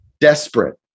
desperate